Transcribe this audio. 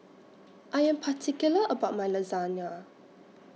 I Am particular about My Lasagna